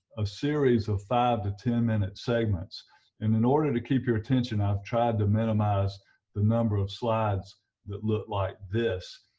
a series of five to ten minute segments and in order to keep your attention i've tried to minimize the number of slides that look like this,